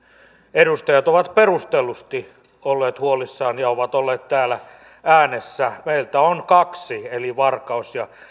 edustajat ovat perustellusti olleet huolissaan ja ovat olleet täällä äänessä meiltä on kaksi eli varkaus ja